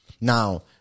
Now